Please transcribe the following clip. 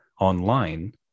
online